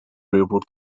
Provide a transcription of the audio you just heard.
railroad